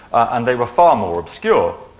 and they were far more obscure.